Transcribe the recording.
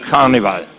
Carnival